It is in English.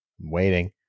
Waiting